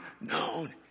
known